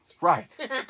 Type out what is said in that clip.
Right